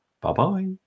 Bye-bye